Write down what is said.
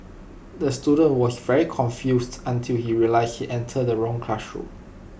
the student was very confused until he realised he entered the wrong classroom